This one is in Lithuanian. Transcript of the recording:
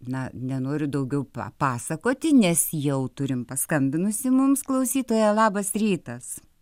na nenoriu daugiau papasakoti nes jau turim paskambinusį mums klausytoją labas rytas